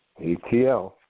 ATL